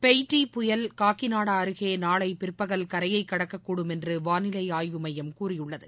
Phethai புயல் காக்கிநாடா அருகே நாளை பிற்பகல் கரையை கடக்கக்கூடும் என்று வானிலை ஆய்வு மையம் கூறியுள்ளது